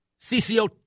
CCO